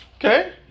Okay